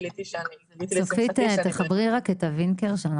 גילית לשמחתי שאני